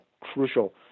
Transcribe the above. crucial